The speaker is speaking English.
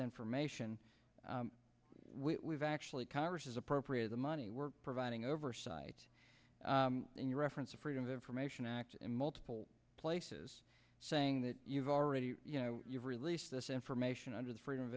information we've actually congress has appropriated the money we're providing oversight and you reference a freedom of information act in multiple places saying that you've already you know you've released this information under the freedom of